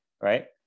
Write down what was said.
right